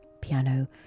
piano